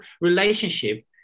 relationship